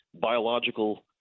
biological